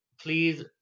please